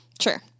Sure